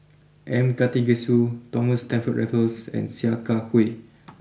M Karthigesu Thomas Stamford Raffles and Sia Kah Hui